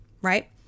right